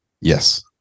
Yes